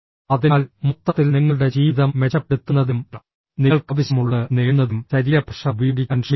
അതിനാൽ മൊത്തത്തിൽ നിങ്ങളുടെ ജീവിതം മെച്ചപ്പെടുത്തുന്നതിനും നിങ്ങൾക്ക് ആവശ്യമുള്ളത് നേടുന്നതിനും ശരീരഭാഷ ഉപയോഗിക്കാൻ ശ്രമിക്കുക